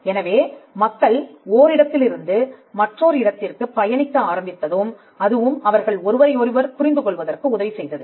எனவே மக்கள் ஓரிடத்திலிருந்து மற்றொரு இடத்திற்குப் பயணிக்க ஆரம்பித்ததும் அதுவும் அவர்கள் ஒருவரையொருவர் புரிந்து கொள்வதற்கு உதவி செய்தது